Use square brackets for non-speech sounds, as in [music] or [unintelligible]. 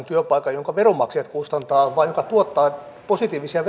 [unintelligible] työpaikasta jonka veronmaksajat kustantavat vaan sellaisesta joka tuottaa positiivisia [unintelligible]